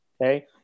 okay